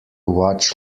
watch